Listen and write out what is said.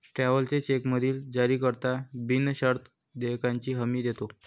travellers चेकमधील जारीकर्ता बिनशर्त देयकाची हमी देतो